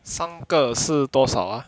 三个是多少 ah